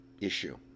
issue